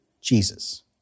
Jesus